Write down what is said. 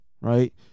right